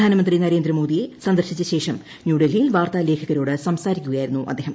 പ്രധാനമന്ത്രി നരേന്ദ്രമോദിയെ സന്ദർശിച്ചശ്രേഷ്ട് ന്യൂഡൽഹിയിൽ വാർത്താ ലേഖകരോട് സംസാരിക്കുകയായിരുന്നു ആദ്ദേഹം